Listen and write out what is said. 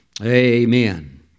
Amen